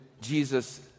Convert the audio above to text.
Jesus